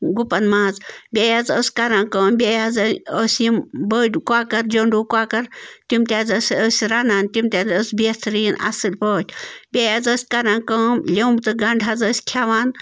گُپَن ماز بیٚیہِ حظ ٲس کَران کٲم بیٚیہِ حظ ٲسۍ یِم بٔڑۍ کۄکَر جنٛڈوٗ کۄکَر تِم تہِ حظ ٲسۍ أسۍ رَنان تِم تہِ حظ ٲس بہتریٖن اَصٕل پٲٹھۍ بیٚیہِ حظ ٲسۍ کَران کٲم لیوٚمب تہٕ گَنٛڈٕ حظ ٲسۍ کھٮ۪وان